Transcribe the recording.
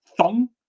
thumb